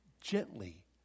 gently